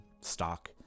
stock